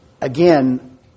Again